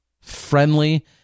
friendly